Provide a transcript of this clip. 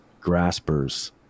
graspers